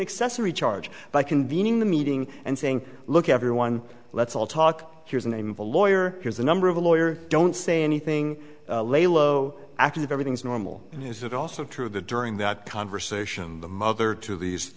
accessory charge by convening the meeting and saying look everyone let's all talk here's a name of a lawyer here's the number of a lawyer don't say anything lay low active everything's normal and is it also true that during that conversation the mother to these